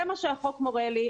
זה מה שהחוק מורה לי.